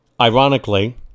Ironically